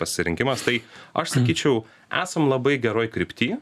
pasirinkimas tai aš sakyčiau esam labai geroj krypty